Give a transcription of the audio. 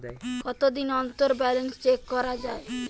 কতদিন অন্তর balance check করা য়ায়?